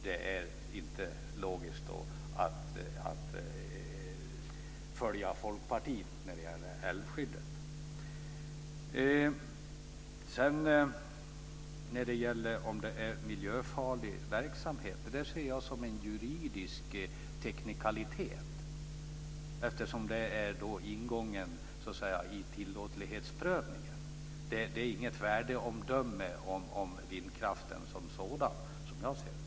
Det gör att det inte är logiskt att följa Folkpartiet i fråga om älvskyddet. När det gäller att vindkraften är miljöfarlig verksamhet ser jag det som en juridisk teknikalitet. Det är ingången i tillåtlighetsprövningen. Det är inget värdeomdöme om vindkraften som sådan, som jag ser det.